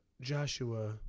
joshua